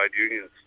unions